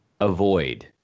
avoid